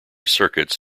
circuits